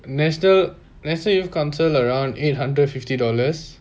national national youth council around eight hundred and fifty dollars